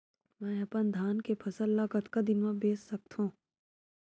मैं अपन धान के फसल ल कतका दिन म बेच सकथो?